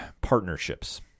partnerships